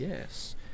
Yes